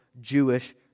Jewish